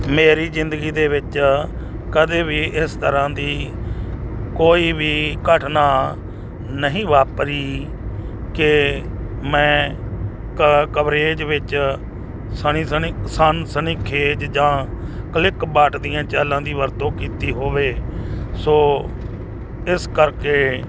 ਮੇਰੀ ਜਿੰਦਗੀ ਦੇ ਵਿੱਚ ਕਦੇ ਵੀ ਇਸ ਤਰ੍ਹਾਂ ਦੀ ਕੋਈ ਵੀ ਘਟਨਾ ਨਹੀਂ ਵਾਪਰੀ ਕਿ ਮੈਂ ਕ ਕਵਰੇਜ ਵਿੱਚ ਸਨੀ ਸਨੀ ਸੰਨਸਨੀ ਖੇਜ ਜਾਂ ਕਲਿੱਕ ਬਾਟ ਦੀਆਂ ਚਾਲਾਂ ਦੀ ਵਰਤੋਂ ਕੀਤੀ ਹੋਵੇ ਸੋ ਇਸ ਕਰਕੇ